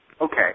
Okay